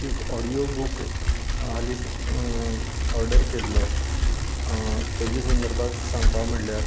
एक audio book हालींच order केल्लो तेचे संदर्भांत सांगपा म्हळ्यार